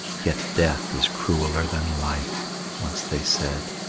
yet death is crueller than life once they said,